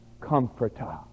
Comforter